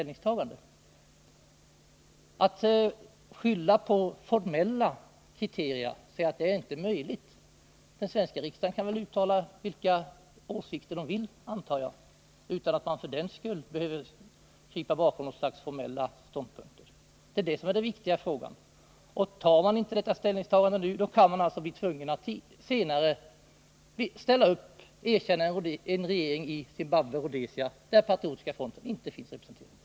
Det går inte att skylla på formella kriterier och säga att det inte är möjligt att göra ett sådant här uttalande. Den svenska riksdagen kan väl uttala vilka åsikter den vill, utan att man för den skull behöver krypa bakom något slags formella ståndpunkter. Det är det som är den viktiga frågan. Och gör man inte detta ställningstagande nu kan man alltså bli tvungen att senare erkänna en regering i Zimbabwe-Rhodesia där Patriotiska fronten inte finns representerad.